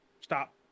Stop